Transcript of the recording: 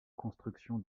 construction